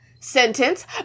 sentence